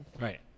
right